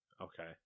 Okay